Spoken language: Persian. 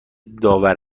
داور